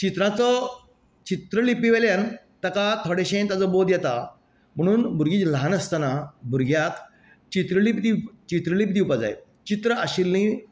चित्रांचो चित्र लिपी वेल्यान ताका थोडेशें ताचो बोध येता म्हणून भुरगींं ल्हान आसतना भुरग्यांक चित्रलिपी दिव चित्रलिपी दिवपाक जाय चित्रां आशिल्ली